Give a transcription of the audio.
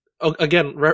again